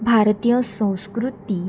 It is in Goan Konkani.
भारतीय संस्कृती